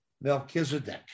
Melchizedek